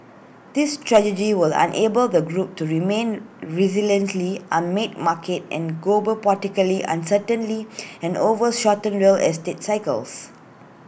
this strategy will enable the group to remain resiliently amid market and geopolitical uncertainly and over shortened real estate cycles